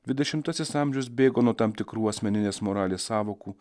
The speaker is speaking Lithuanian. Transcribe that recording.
dvidešimtasis amžius bėgo nuo tam tikrų asmeninės moralės sąvokų